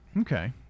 okay